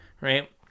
Right